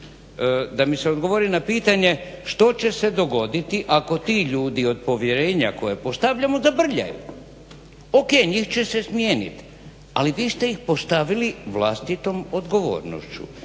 da mi se odgovori na pitanje, što će se dogoditi ako ti ljudi od povjerenja koje postavljamo zabrljaju? O.k. njih će se smijeniti, ali vi ste ih postavili vlastitom odgovornošću.